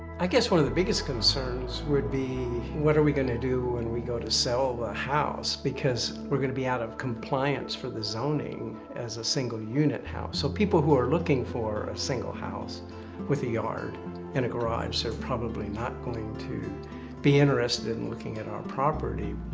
i guess one of the biggest concerns would be what are we gonna do when we go to sell the house? because we're gonna be out of compliance for the zoning as a single unit house. so people who are looking for a single house with a yard and a garage are probably not going to be interested in looking at our property.